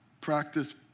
practice